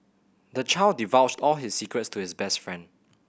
the child divulged all his secrets to his best friend